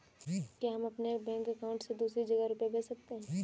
क्या हम अपने बैंक अकाउंट से दूसरी जगह रुपये भेज सकते हैं?